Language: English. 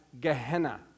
Gehenna